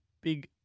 big